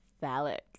phallic